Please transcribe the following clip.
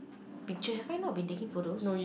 picture have I not been taking photos